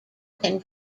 can